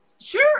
Sure